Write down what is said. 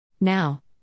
Now